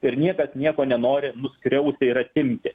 ir niekas nieko nenori nuskriausti ir atimti